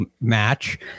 match